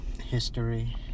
history